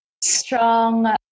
strong